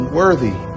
worthy